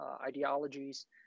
ideologies